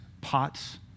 pots